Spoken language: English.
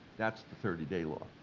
that's the thirty day law,